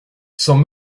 sans